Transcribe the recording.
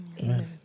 Amen